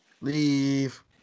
Leave